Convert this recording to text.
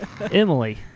Emily